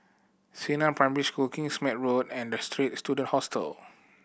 Xingnan Primary School Kingsmead Road and The Straits Student Hostel